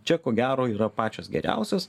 čia ko gero yra pačios geriausios